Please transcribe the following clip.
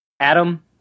Adam